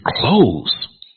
clothes